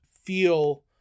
feel